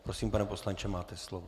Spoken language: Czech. Prosím, pane poslanče, máte slovo.